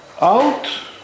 out